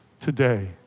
today